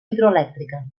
hidroelèctrica